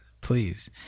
Please